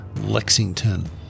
Lexington